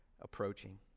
approaching